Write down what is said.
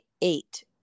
eight